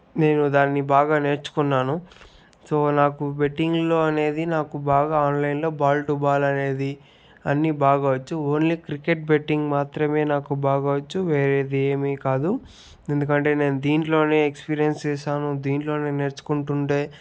నేను దాన్ని బాగా నేర్చుకున్నాను సో నాకు బెట్టింగ్ లో అనేది నాకు బాగా ఆన్లైన్ లో బాల్ టూ బాల్ అనేది అన్నీ బాగా వచ్చు ఓన్లీ క్రికెట్ బెట్టింగ్ మాత్రమే నాకు బాగా వచ్చు వేరేవి ఏమీ కాదు ఎందుకంటే నేను దీంట్లోనే ఎక్స్పిరియన్స్ చేశాను దీంట్లోనే నేర్చుకుంటుంటే